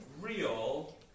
real